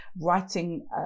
writing